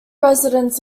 residents